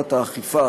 ולהגברת האכיפה,